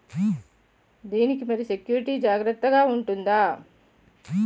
దీని కి మరి సెక్యూరిటీ జాగ్రత్తగా ఉంటుందా?